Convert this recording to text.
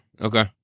okay